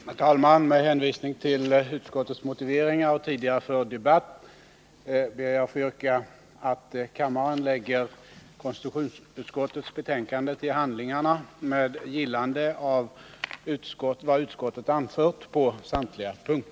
Herr talman! Med hänvisning till utskottets motiveringar och tidigare förd debatt ber jag att få yrka att kammaren lägger konstitutionsutskottets betänkande till handlingarna med gillande av vad utskottet anfört på samtliga punkter.